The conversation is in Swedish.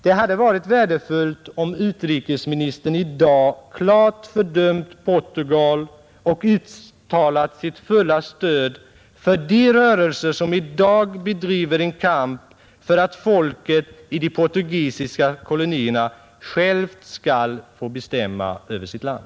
Det hade varit värdefullt om utrikesministern i dag klart fördömt Portugal och uttalat sitt fulla stöd för de rörelser som nu bedriver en kamp för att folket i de portugisiska kolonierna självt skall få bestämma över sitt land.